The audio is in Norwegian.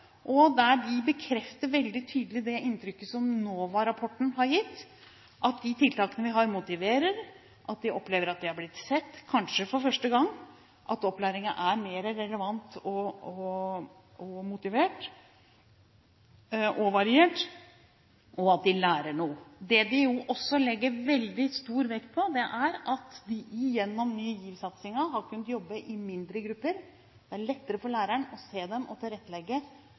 De bekrefter der veldig tydelig det inntrykket som NOVA-rapporten har gitt, at de tiltakene vi har, motiverer, at de opplever å bli sett – kanskje for første gang – at opplæringen er mer relevant, motiverende og variert, og at de lærer noe. Det de også legger veldig stor vekt på, er at de gjennom Ny GIV-satsingen har kunnet jobbe i mindre grupper, at det er lettere for læreren å se dem og tilrettelegge